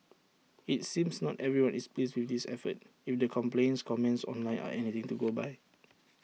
IT seems not everyone is pleased with this effort if the complaints comments online are anything to go by